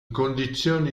condizioni